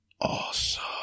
awesome